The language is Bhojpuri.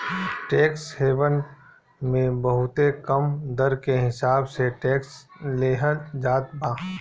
टेक्स हेवन मे बहुते कम दर के हिसाब से टैक्स लेहल जात बा